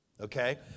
Okay